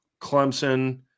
Clemson